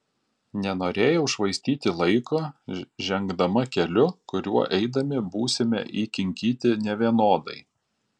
nenorėjau švaistyti laiko žengdama keliu kuriuo eidami būsime įkinkyti nevienodai